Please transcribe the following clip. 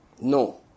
No